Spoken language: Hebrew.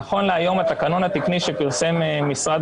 נכון להיום התקנון התקני של שפרסם משרד